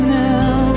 now